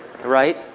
right